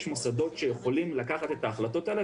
יש מוסדות שיכולים לקחת את ההחלטות האלה,